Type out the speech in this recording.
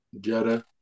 Jetta